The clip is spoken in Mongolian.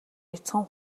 бяцхан